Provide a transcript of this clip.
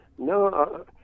No